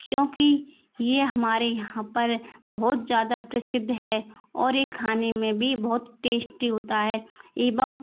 क्योंकि ये हमारे यहाँ पर बहुत ज़्यादा प्रसिद्ध है और ये खाने में भी बहुत टेस्टी होता है एवं